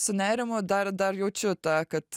su nerimu dar dar jaučiu tą kad